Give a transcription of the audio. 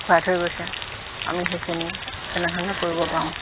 দেখুৱাই থৈ গৈছে আমি সেইখিনি কেনেধৰণে কৰিব পাৰোঁ